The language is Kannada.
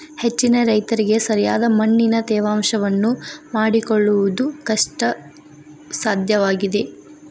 ಹೆಚ್ಚಿನ ರೈತರಿಗೆ ಸರಿಯಾದ ಮಣ್ಣಿನ ತೇವಾಂಶವನ್ನು ಮಾಡಿಕೊಳ್ಳವುದು ಕಷ್ಟಸಾಧ್ಯವಾಗಿದೆ